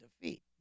defeat